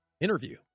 interview